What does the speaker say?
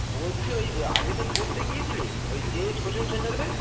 বলছি ওই আগের দিন পড়তে গিয়েছিলিস ওই জি এইচ কোচিং সেন্টারে